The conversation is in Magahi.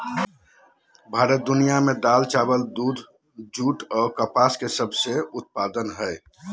भारत दुनिया में दाल, चावल, दूध, जूट आ कपास के सबसे उत्पादन हइ